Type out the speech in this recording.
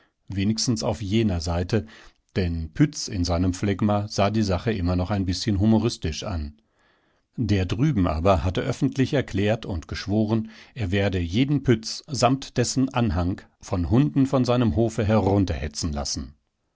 wenigstens auf jener seite denn pütz in seinem phlegma sah die sache immer noch ein bißchen humoristisch an der drüben aber hatte öffentlich erklärt und geschworen er werde jeden pütz samt dessen anhang um hunden von seinem hofe herunterhetzen lassen